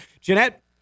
Jeanette